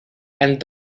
and